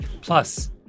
Plus